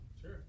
Sure